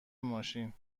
ماشین